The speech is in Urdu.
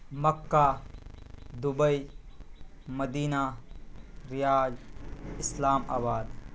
مکہ دبئی مدینہ ریاض اسلام آباد